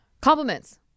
Compliments